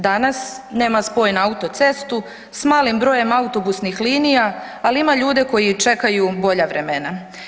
Danas nema spoj na autocestu, s malim brojem autobusnih linija, ali ima ljude koji čekaju bolja vremena.